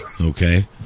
Okay